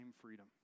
freedom